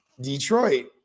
detroit